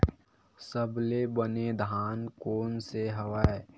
सबले बने धान कोन से हवय?